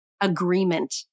agreement